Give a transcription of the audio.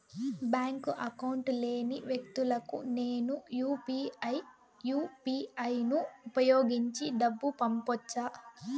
Bank account లేని వ్యక్తులకు నేను యు పి ఐ యు.పి.ఐ ను ఉపయోగించి డబ్బు పంపొచ్చా?